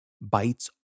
bites